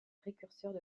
précurseurs